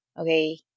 okay